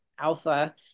Alpha